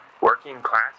Working-class